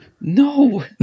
No